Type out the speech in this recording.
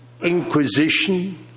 Inquisition